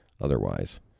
otherwise